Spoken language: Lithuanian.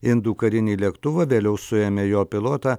indų karinį lėktuvą vėliau suėmė jo pilotą